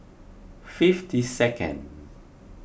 fifty second